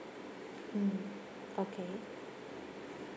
mm okay